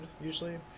usually